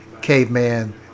Caveman